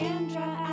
Andra